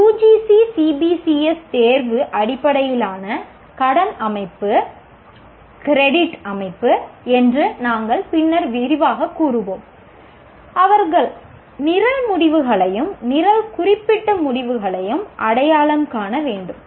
UGC CBCS தேர்வு அடிப்படையிலான அமைப்பு என்று நாங்கள் பின்னர் விரிவாகக் கூறுவோம் அவர்கள் நிரல் முடிவுகளையும் நிரல் குறிப்பிட்ட முடிவுகளையும் அடையாளம் காண வேண்டும்